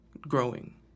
growing